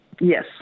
Yes